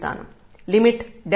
x→0 f L అనుకోండి